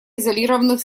изолированных